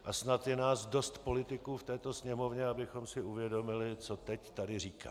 A snad je nás dost politiků v této Sněmovně, abychom si uvědomili, co teď tady říkám.